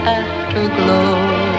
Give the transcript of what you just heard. afterglow